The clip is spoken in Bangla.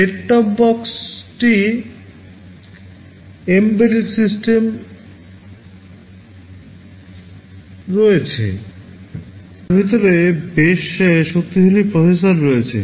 সেট টপ বক্সটিতে এমবেডড সিস্টেম রয়েছে তাদের ভিতরে বেশ শক্তিশালী প্রসেসর রয়েছে